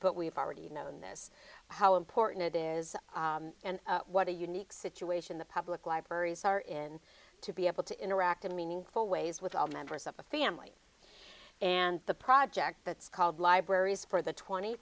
but we've already known this how important it is and what a unique situation the public libraries are in to be able to interact in meaningful ways with all members of a family and the project that's called libraries for the twenty